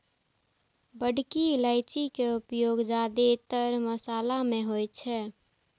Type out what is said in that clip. बड़की इलायची के उपयोग जादेतर मशाला मे होइ छै